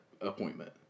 appointment